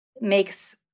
makes